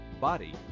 body